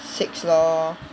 six lor